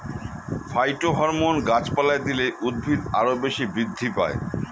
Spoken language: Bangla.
ফাইটোহরমোন গাছপালায় দিলে উদ্ভিদ আরও বেশি বৃদ্ধি পায়